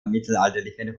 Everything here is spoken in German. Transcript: mittelalterlichen